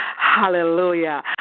Hallelujah